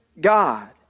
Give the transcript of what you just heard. God